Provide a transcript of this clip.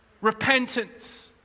Repentance